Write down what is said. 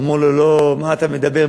אמרו לו: לא, מה אתה מדבר?